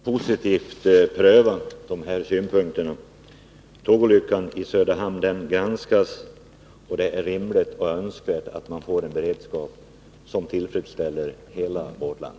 Herr talman! Självfallet kommer jag att positivt pröva den här saken. Tågolyckan i Söderhamn granskas f. n., och det är rimligt och önskvärt att man får tillfredsställande beredskap i hela vårt land.